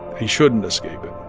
he shouldn't escape it